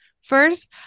First